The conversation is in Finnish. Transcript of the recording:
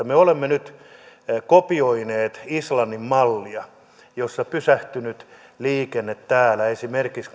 me olemme nyt kopioineet islannin mallia jossa lentokoneen pysähtyessä täällä esimerkiksi